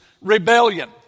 rebellion